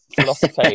philosophy